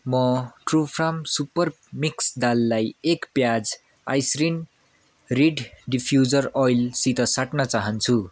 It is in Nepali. म ट्रु फार्म सुपर मिक्स दाललाई एक प्याज आइसरिन रिड डिफ्युजर ओइलसित साट्न चाहन्छु